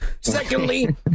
secondly